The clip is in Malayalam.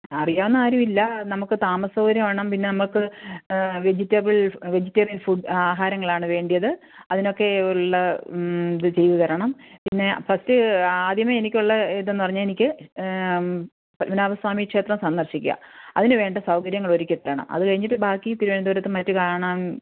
അറിയാവുന്ന ആരുമില്ല നമുക്ക് താമസ സൗകര്യം വേണം പിന്നെ നമുക്ക് വെജിറ്റബിള്സ് വെജിറ്റേറിയന് ഫു ആഹാരങ്ങളാണ് വേണ്ടത് അതിനൊക്കെ ഉള്ള ഇത് ചെയ്ത് തരണം പിന്നെ ഫസ്റ്റ് ആദ്യമേ എനിക്കുള്ള ഇതെന്ന് പറഞ്ഞാൽ എനിക്ക് പദ്മനാഭസ്വാമി ക്ഷേത്രം സന്ദര്ശിക്കുക അതിന് വേണ്ട സൗകര്യങ്ങൾ ഒരുക്കിത്തരണം അത്കഴിഞ്ഞിട്ട് ബാക്കി തിരുവനന്തപുരത്ത് മറ്റ് കാണാന്